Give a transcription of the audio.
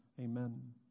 Amen